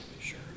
Sure